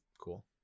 Cool